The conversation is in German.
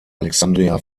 alexandria